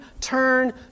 turn